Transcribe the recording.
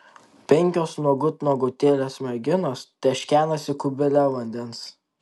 penkios nuogut nuogutėlės merginos teškenasi kubile vandens